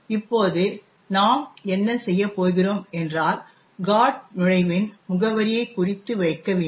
இப்போது நாம் என்ன செய்ய போகிறோம் என்றால் GOT நுழைவின் முகவரியைக் குறித்து வைக்க வேண்டும்